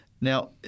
Now